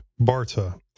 Barta